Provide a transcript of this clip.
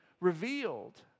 revealed